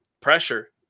pressure